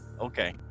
Okay